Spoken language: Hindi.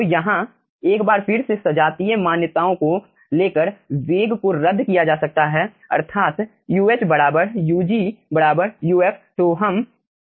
तो यहाँ एक बार फिर से सजातीय मान्यताओं को लेकर वेग को रद्द किया जा सकता है अर्थात् Uh Ug Uf